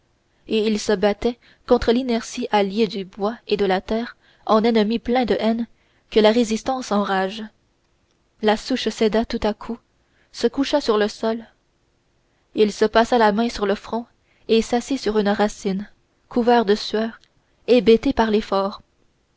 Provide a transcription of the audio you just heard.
et il se battait contre l'inertie alliée du bois et de la terre en ennemi plein de haine que la résistance enrage la souche céda tout à coup se coucha sur le sol il se passa la main sur le front et s'assit sur une racine couvert de sueur hébété par l'effort